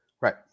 Right